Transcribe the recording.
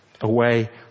away